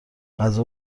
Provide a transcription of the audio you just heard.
غذا